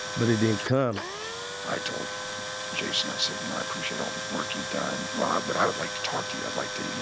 but it didn't come i told jason i said, you know, i appreciate all the work you've done but but i would like to talk to you. i'd like to, you